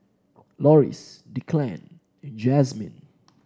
Loris Declan and Jazmine